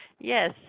Yes